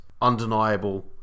undeniable